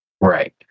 right